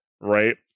right